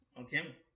okay